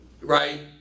Right